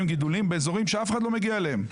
גידולים באזורים שאף אחד לא מגיע אליהם.